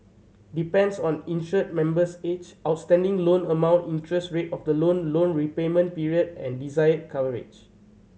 depends on insured member's age outstanding loan amount interest rate of the loan loan repayment period and desired coverage